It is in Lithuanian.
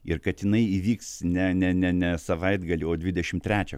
ir kad jinai įvyks ne ne ne ne savaitgalį o dvidešim trečią